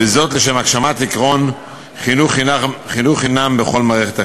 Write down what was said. וזאת לשם הגשמת עקרון חינוך חינם בכל מערכת החינוך.